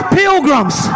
pilgrims